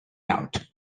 out